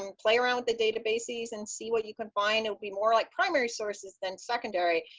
um play around with the databases and see what you can find. it would be more like primary sources than secondary.